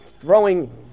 throwing